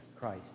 Christ